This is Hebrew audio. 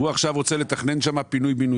והוא רוצה לתכנן שם פינוי-בינוי,